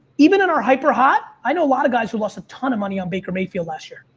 even in our hyper hot, i know a lot of guys who lost a ton of money on baker mayfield last year.